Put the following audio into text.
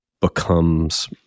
becomes